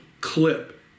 clip